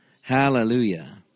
Hallelujah